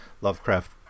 Lovecraft